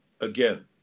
Again